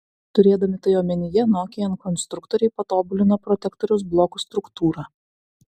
turėdami tai omenyje nokian konstruktoriai patobulino protektoriaus blokų struktūrą